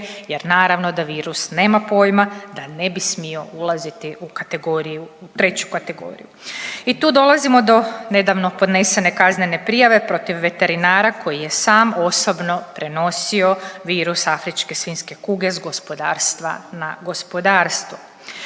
jer naravno da virus nema pojma da ne bi smio ulaziti u kategoriju, u 3. kategoriju. I tu dolazimo do nedavno podnesene kaznene prijave protiv veterinara koji je sam osobno prenosio virus ASK-a s gospodarstva na gospodarstvo.